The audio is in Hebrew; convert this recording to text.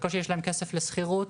בקושי יש להם כסף לשכר דירה.